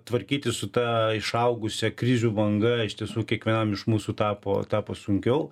tvarkytis su ta išaugusia krizių banga iš tiesų kiekvienam iš mūsų tapo tapo sunkiau